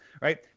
right